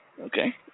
Okay